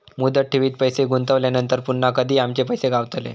मुदत ठेवीत पैसे गुंतवल्यानंतर पुन्हा कधी आमचे पैसे गावतले?